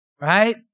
right